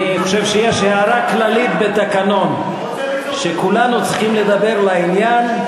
אני חושב שיש הערה כללית בתקנון שכולנו צריכים לדבר לעניין,